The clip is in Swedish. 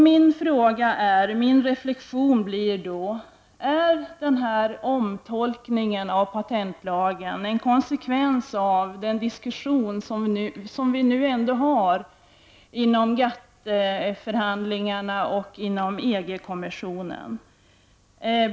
Mina frågor blir: Är den här omtolkningen av patentlagen en konsekvens av den diskussion som ändå förs inom GATT-förhandlingarna och EG-kommissionen?